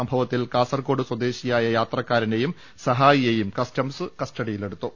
സംഭവ ത്തിൽ കാസർകോട് സ്വദേശിയായ യാത്രക്കാരനെയും സഹാ യിയെയും കസ്റ്റംസ് കസ്റ്റഡിയിലെടുത്തു